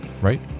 right